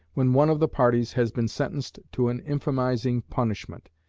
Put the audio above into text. when one of the parties has been sentenced to an infamizing punishment,